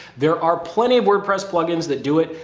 there are plenty of wordpress plugins that do it.